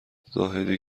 زاهدی